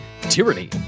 Tyranny